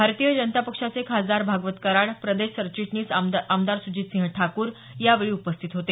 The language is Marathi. भारतीय जनता पक्षाचे खासदार भागवत कराड प्रदेश सरचिटणीस आमदार सुजितसिंह ठाकूर यावेळी उपस्थित होते